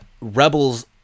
rebels